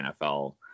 NFL